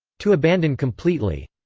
to abandon completely.